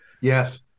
Yes